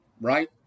right